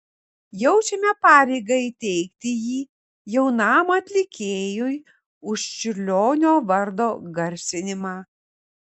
jaučiame pareigą įteikti jį jaunam atlikėjui už čiurlionio vardo garsinimą